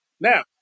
Now